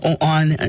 on